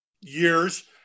years